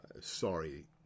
Sorry